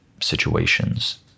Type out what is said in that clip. situations